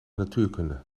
natuurkunde